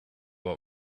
what